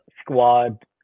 squad